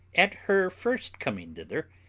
at her first coming thither,